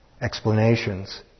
explanations